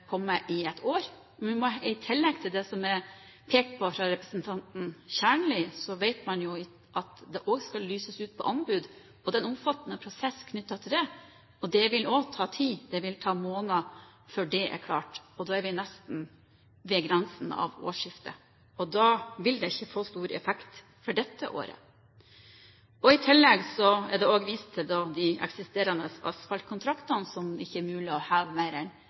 i året. Men i tillegg til det som representanten Kjernli pekte på, vet man jo at det også skal lyses ut på anbud, og at det er en omfattende prosess knyttet til det. Det vil også ta tid. Det vil ta måneder før det er klart, og da er vi nesten ved årsskiftet. Da vil det ikke få stor effekt for dette året. I tillegg er det vist til at innenfor de eksisterende asfaltkontraktene er det ikke mulig å øke mer enn